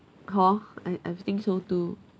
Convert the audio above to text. hor I I think so too